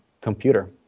computer